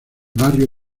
barrio